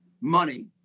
money